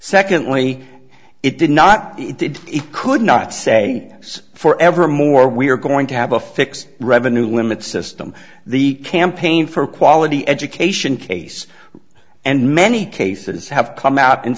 secondly it did not it did he could not say for evermore we are going to have a fix revenue limit system the campaign for quality education case and many cases have come out and